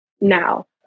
now